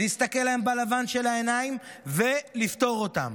להסתכל להן בלבן של העיניים ולפתור אותן.